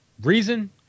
Reason